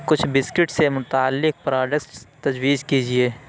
کچھ بسکٹ سے متعلق پراڈکٹس تجویز کیجئے